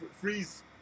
Freeze